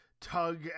tug